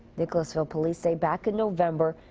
nicholasville police say, back in november,